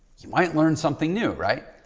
you might learn something new, right?